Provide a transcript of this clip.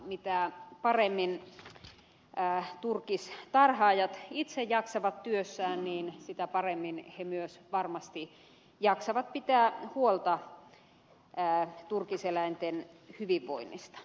mitä paremmin turkistarhaajat itse jaksavat työssään niin sitä paremmin he myös varmasti jaksavat pitää huolta turkiseläinten hyvinvoinnista